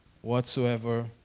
whatsoever